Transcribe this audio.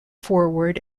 forward